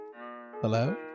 Hello